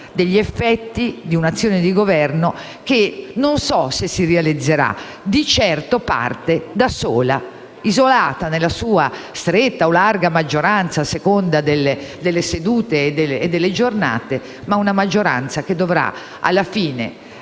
dagli effetti di un'azione di Governo che non so se si realizzerà, ma di certo parte sola, isolata nella sua stretta o larga maggioranza, a seconda delle sedute e delle giornate. Si tratta di una maggioranza che, alla fine,